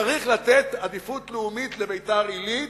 צריך לתת עדיפות לאומית לביתר-עילית,